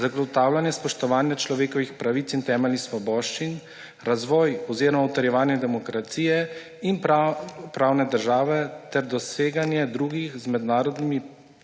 zagotavljanje spoštovanja človekovih pravic in temeljnih svoboščin, razvoj oziroma utrjevanje demokracije in pravne države ter doseganje drugih, z mednarodnim